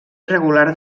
regular